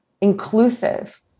inclusive